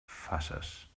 faces